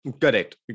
correct